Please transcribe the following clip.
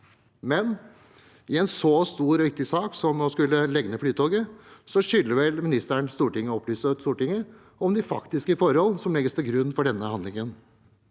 I en så stor og viktig sak som å skulle legge ned Flytoget, skylder likevel ministeren Stortin get å opplyse om de faktiske forhold som legges til grunn for denne handlingen.